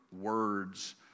words